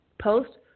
post